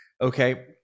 okay